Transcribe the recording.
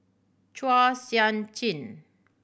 Chua Sian Chin